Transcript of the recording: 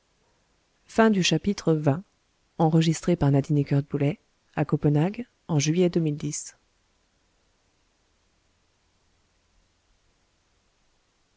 à voiles de